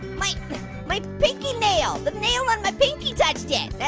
my my pinky nail, the nail on my pinky touched yeah it. yeah